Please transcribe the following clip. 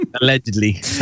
Allegedly